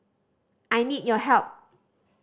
I need your help